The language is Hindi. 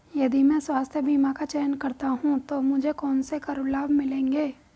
यदि मैं स्वास्थ्य बीमा का चयन करता हूँ तो मुझे कौन से कर लाभ मिलेंगे?